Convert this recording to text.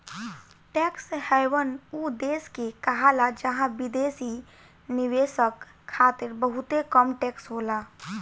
tax haven उ देश के कहाला जहां विदेशी निवेशक खातिर बहुते कम टैक्स होला